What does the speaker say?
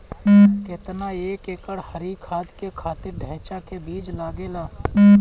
केतना एक एकड़ हरी खाद के खातिर ढैचा के बीज लागेला?